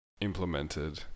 implemented